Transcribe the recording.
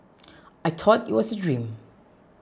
I thought it was a dream